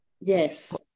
yes